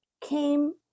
came